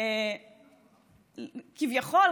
כביכול,